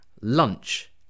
lunch